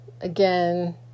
again